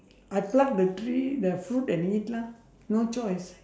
I pluck the tree the fruit and eat lah no choice